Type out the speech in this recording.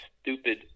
stupid